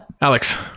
Alex